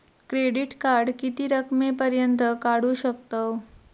Credit card किती रकमेपर्यंत काढू शकतव?